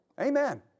Amen